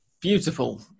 beautiful